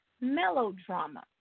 melodrama